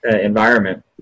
environment